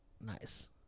Nice